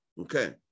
okay